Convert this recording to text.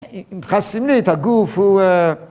‫מכסים לי את הגוף ו...